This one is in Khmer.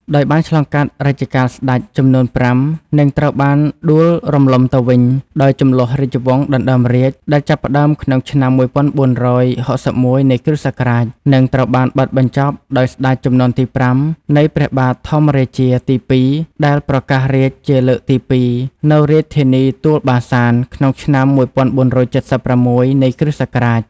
ដោយបានឆ្លងកាត់រជ្ជកាលស្ដេច ចំនួន៥ និងត្រូវបានដួលរំលំទៅវិញ ដោយជម្លោះរាជវង្សដណ្ដើមរាជដែលចាប់ផ្ដើមក្នុងឆ្នាំ ១៤៦១ នៃគ.សករាជ និងត្រូវបានបិទបញ្ចប់ដោយស្ដេចជំនាន់ទី៥ នៃ ព្រះបាទធម្មរាជាទី២ ដែលប្រកាសរាជជាលើកទី២ នៅរាជធានីទួលបាសាន ក្នុងឆ្នាំ ១៤៧៦ នៃគ.សករាជ ។